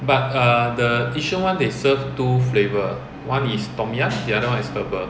but err the yishun one they serve two flavor one is tom yum the other one is herbal